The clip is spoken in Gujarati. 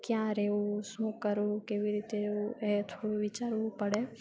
ક્યાં રહેવું શું કરવું કેવી રીતે રહેવું એ થોડું વિચારવું પડે